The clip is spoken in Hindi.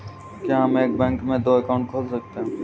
क्या हम एक बैंक में दो अकाउंट खोल सकते हैं?